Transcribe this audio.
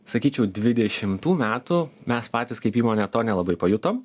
sakyčiau dvidešimtų metų mes patys kaip įmonė to nelabai pajutom